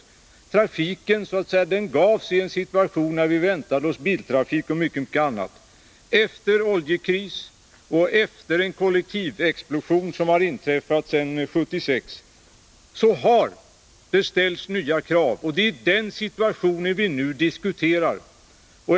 Riktlinjerna för trafikpolitiken angavs i en situation när vi väntade oss fortsatt utveckling av biltrafiken och av mycket annat. Efter oljekrisen och efter en kollektivtrafikexplosion, som har inträffat sedan 1976, har det ställts nya krav, och det är den situationen som vi nu diskuterar.